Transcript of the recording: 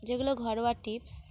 যেগুলো ঘরোয়া টিপস